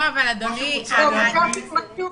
גברת סגל,